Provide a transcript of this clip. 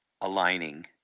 aligning